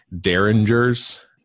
Derringers